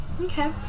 Okay